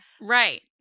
Right